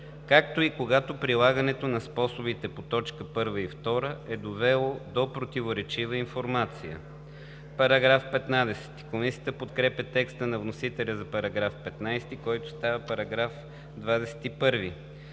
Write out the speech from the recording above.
както и когато прилагането на способите по т. 1 и 2 е довело до противоречива информация.“ Комисията подкрепя текста на вносителя за § 15, който става § 21.